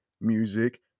music